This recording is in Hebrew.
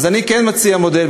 אז אני כן מציע מודל,